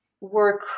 work